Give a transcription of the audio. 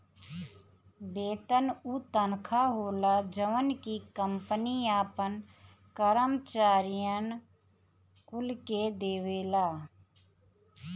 वेतन उ तनखा होला जवन की कंपनी आपन करम्चारिअन कुल के देवेले